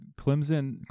Clemson